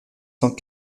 cent